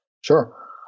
Sure